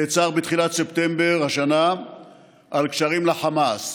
נעצר בתחילת ספטמבר השנה על קשרים לחמאס,